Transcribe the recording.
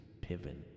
Piven